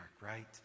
right